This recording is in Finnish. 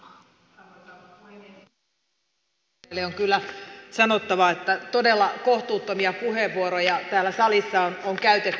sosialidemokraateille on kyllä sanottava että todella kohtuuttomia puheenvuoroja täällä salissa on käytetty